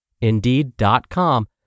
Indeed.com